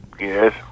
Yes